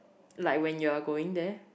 like when you are going there